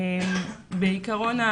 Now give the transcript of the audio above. בעיקרון,